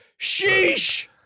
Sheesh